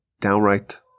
downright